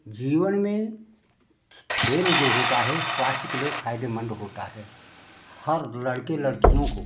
जीवन में खेल जो होता है स्वास्थ के लिए फायदेमंद होता है हर लड़के लड़कियों को